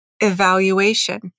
evaluation